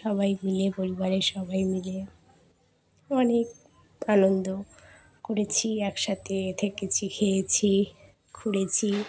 সবাই মিলে পরিবারের সবাই মিলে অনেক আনন্দ করেছি একসাথে থেকেছি খেয়েছি ঘুরেছি